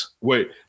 Wait